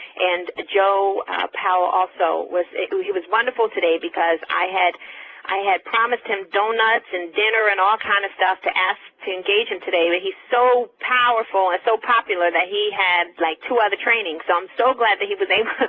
and joe powell also was he was wonderful today, because i had i had promised him donuts and dinner and all kinds of stuff to ask to engage him today. but he's so powerful and so popular that he had like two other trainings. i'm so glad that he was able